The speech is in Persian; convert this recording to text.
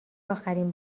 اخرین